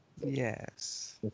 Yes